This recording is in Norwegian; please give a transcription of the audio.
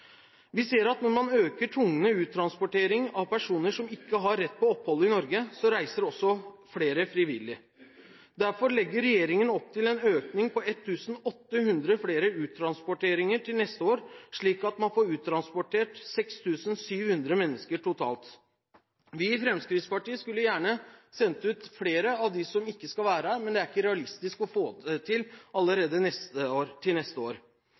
Vi ser at når man øker tvungne uttransporteringer av personer som ikke har rett til opphold i Norge, reiser også flere frivillig. Derfor legger regjeringen opp til en økning på 1 800 flere uttransporteringer til neste år, slik at man får uttransportert 6 700 mennesker totalt. Vi i Fremskrittspartiet skulle gjerne sendt ut flere av dem som ikke skal være her, men det er ikke realistisk å få det til allerede til neste år.